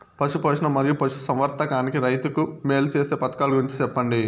పశు పోషణ మరియు పశు సంవర్థకానికి రైతుకు మేలు సేసే పథకాలు గురించి చెప్పండి?